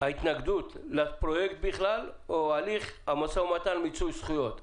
ההתנגדות לפרויקט בכלל לבין הליך משא ומתן על מיצוי הזכויות.